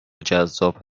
جذاب